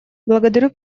благодарю